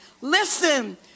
Listen